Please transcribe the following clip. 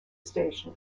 station